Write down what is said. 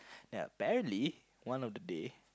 ya apparently one of the day